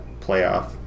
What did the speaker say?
playoff